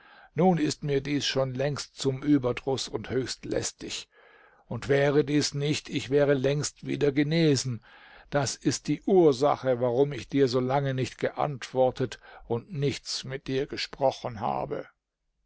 nun ist mir dies schon längst zum überdruß und höchst lästig und wäre dies nicht ich wäre längst wieder genesen das ist die ursache warum ich dir so lange nicht geantwortet und nichts mit dir gesprochen habe